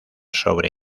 sobre